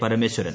Parameswaran